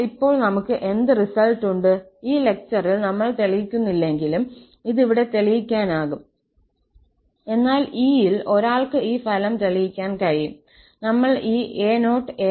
അതിനാൽ ഇപ്പോൾ നമുക്ക് എന്ത് റിസൾട്ട് ഉണ്ട് ഈ ലെക്ചറിൽ നമ്മൾ തെളിയിക്കുന്നില്ലെങ്കിലും ഇത് ഇവിടെ തെളിയിക്കാനാകും എന്നാൽ 𝐸 ൽ ഒരാൾക്ക് ഈ ഫലം തെളിയിക്കാൻ കഴിയും നമ്മൾ ഈ a0a1a2